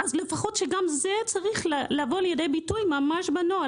אז לפחות זה צריך לבוא לידי ביטוי ממש בנוהל,